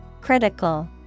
Critical